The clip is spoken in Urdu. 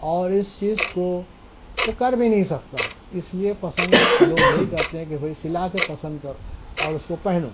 اور اس چیز کو وہ کر بھی نہیں سکتا اس لیے پسند لوگ یہی کرتے ہیں کہ بھائی سلا کے پسند کرو اور اس کو پہنو